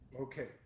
Okay